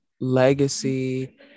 legacy